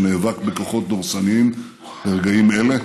שנאבק בכוחות דורסניים ברגעים אלה.